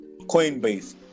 Coinbase